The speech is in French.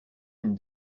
une